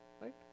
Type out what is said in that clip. right